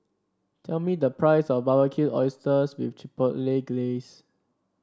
tell me the price of Barbecued Oysters with Chipotle Glaze